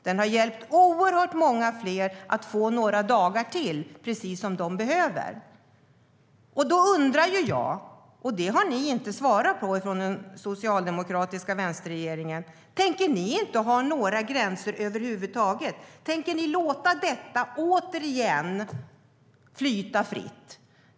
Den har hjälpt väldigt många fler att få några dagar till, precis som de behöver. Då undrar jag, och det har ni inte svarat på från den socialdemokratiska vänsterregeringens sida, om ni inte tänker ha några gränser över huvud taget. Tänker ni återigen låta detta flyta fritt?